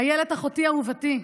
איילת, אחותי אהובתי,